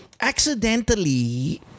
accidentally